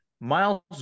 Miles